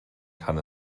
kann